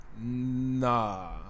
Nah